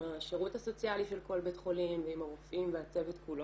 עם השירות הסוציאלי של כל בית חולים ועם הרופאים והצוות כולו.